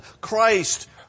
Christ